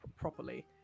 properly